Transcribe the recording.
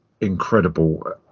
incredible